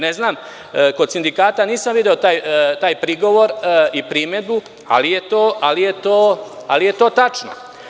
Ne znam, kod sindikata nisam video taj prigovor i primedbu, ali je to tačno.